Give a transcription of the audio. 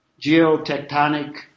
geotectonic